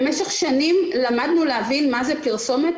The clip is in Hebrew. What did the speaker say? במשך שנים למדנו להבין מה זה פרסומת